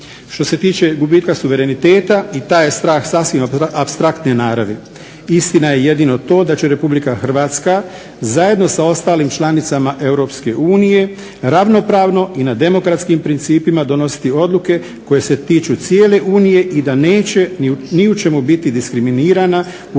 Što se tiče gubitka suvereniteta i taj je strah sasvim apstraktne naravi. Istina je jedino to da će Republika Hrvatska, zajedno sa ostalim članicama Europske unije, ravnopravno i na demokratskim principima donositi odluke koje se tiču cijele Unije i da neće ni u čemu biti diskriminirana u